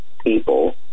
people